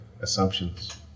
assumptions